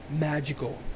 magical